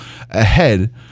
ahead